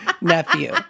nephew